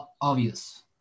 obvious